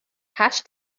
hash